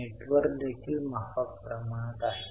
net worth देखील माफक प्रमाणात आहे